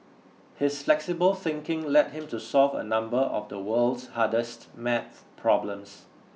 his flexible thinking led him to solve a number of the world's hardest math problems